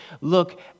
look